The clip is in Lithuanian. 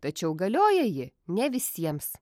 tačiau galioja ji ne visiems